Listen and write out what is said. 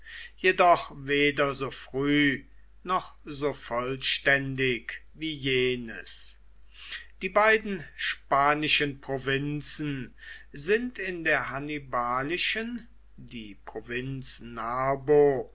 jedoch weder so früh noch so vollständig wie jenes die beiden spanischen provinzen sind in der hannibalischen die provinz narbo